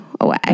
away